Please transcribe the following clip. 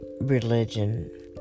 religion